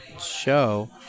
show